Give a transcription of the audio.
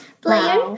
player